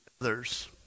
others